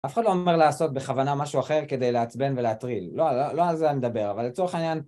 אף אחד לא אומר לעשות בכוונה משהו אחר כדי לעצבן ולהטריל. לא על זה אני מדבר, אבל לצורך העניין...